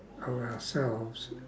or ourselves